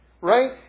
right